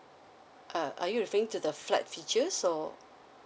uh are you referring to the flat features or